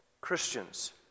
Christians